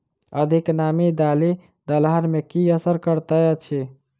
अधिक नामी दालि दलहन मे की असर करैत अछि?